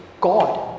god